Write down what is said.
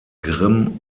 grimm